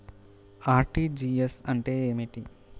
RTGS అంటే ఏమిటి?